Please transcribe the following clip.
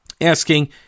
asking